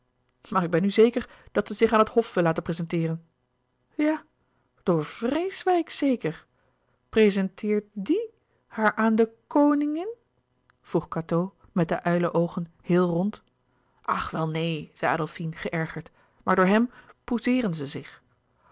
maar ik ben nu zeker dat ze zich aan het hof wil laten prezenteeren ja door vreeswijck zeker prezenteert d i e haar aan de kningin vroeg cateau met de uilenoogen heel rond ach wel neen zei adolfine geërgerd maar door hem pousseeren ze zich